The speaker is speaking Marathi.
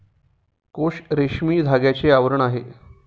कोश रेशमी धाग्याचे आवरण आहे